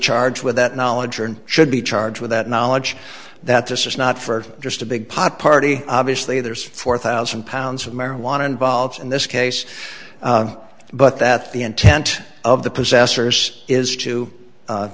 charged with that knowledge and should be charged with that knowledge that this is not for just a big pot party obviously there's four thousand pounds of marijuana involved in this case but that the intent of the possessors is to